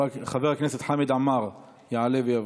חבר הכנסת חמד עמאר יעלה ויבוא.